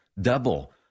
Double